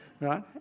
right